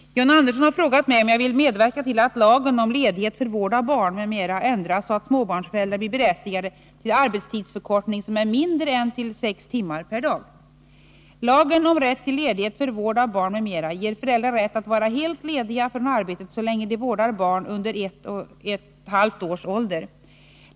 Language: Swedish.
Herr talman! John Andersson har frågat mig om jag vill medverka till att lagen om ledighet för vård av barn, m.m. ändras så att småbarnsföräldrar blir berättigade till arbetstidsförkortning som är mindre än till sex timmar per dag. Lagen om rätt till ledighet för vård av barn m.m. ger föräldrar rätt att vara helt lediga från arbetet så länge de vårdar barn under ett och ett halvt års ålder.